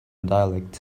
dialect